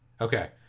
Okay